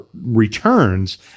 returns